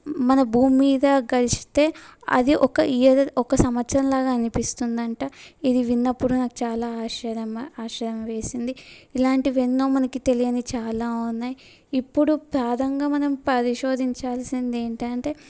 మన భూమి మీద గడిస్తే అది ఒక ఇయర్ ఒక సంవత్సరం లాగా అనిపిస్తుందట ఇది విన్నప్పుడు నాకు చాలా ఆశ్చర్యంగా ఆశ్చర్యం వేసింది ఇలాంటివి ఎన్నో మనకి తెలియనివి చాలా ఉన్నాయి ఇప్పుడు ప్రధానంగా మనం పరిశోధించాల్సింది ఏంటంటే